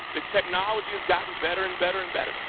the technology has gotten better and better and better.